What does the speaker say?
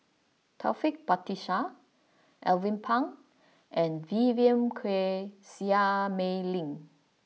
Taufik Batisah Alvin Pang and Vivien Quahe Seah Mei Lin